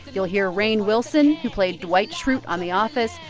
you'll hear rainn wilson, who played dwight schrute on the office,